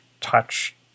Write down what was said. touch